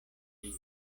ĉio